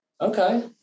Okay